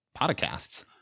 podcasts